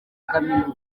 kaminuza